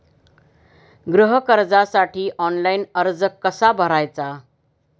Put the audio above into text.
गृह कर्जासाठी ऑनलाइन अर्ज कसा भरायचा?